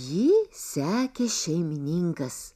jį sekė šeimininkas